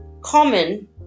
common